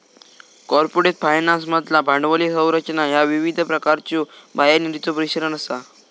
corporate फायनान्समधला भांडवली संरचना ह्या विविध प्रकारच्यो बाह्य निधीचो मिश्रण असा